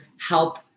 help